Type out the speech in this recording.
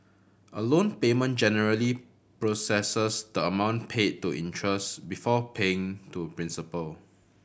a loan payment generally processes the amount paid to interest before paying to principal